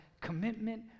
commitment